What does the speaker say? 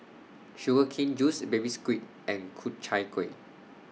Sugar Cane Juice Baby Squid and Ku Chai Kueh